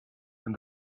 and